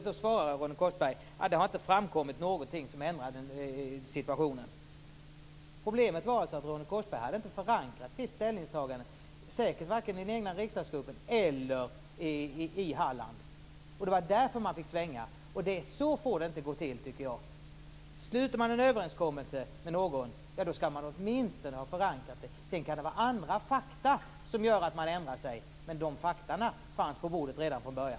Då svarade Ronny Korsberg: Det har inte framkommit någonting som ändrar situationen. Problemet var alltså att Ronny Korsberg inte hade förankrat sitt ställningstagande, säkert varken i den egna riksdagsgruppen eller i Halland. Det var därför man fick svänga, och det är så jag inte tycker att det får gå till. Sluter man en överenskommelse med någon skall man åtminstone ha förankrat den. Sedan kan det vara andra fakta som gör att man ändrar sig, men dessa fakta fanns på bordet redan från början.